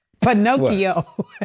Pinocchio